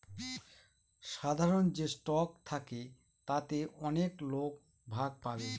সাধারন যে স্টক থাকে তাতে অনেক লোক ভাগ পাবে